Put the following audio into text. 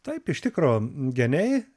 taip iš tikro geniai